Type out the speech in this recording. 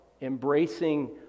embracing